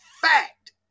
fact